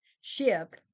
ship